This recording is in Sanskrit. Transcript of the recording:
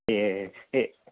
ए ए